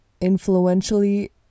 influentially